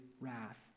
wrath